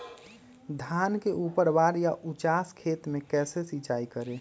धान के ऊपरवार या उचास खेत मे कैसे सिंचाई करें?